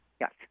Yes